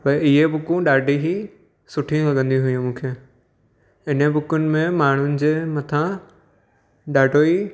भई इहे बुकूं ॾाढी ई सुठी लॻंदी हुयूं मूंखे हिन बुकूनि में माण्हुनि जे मथां ॾाढो ई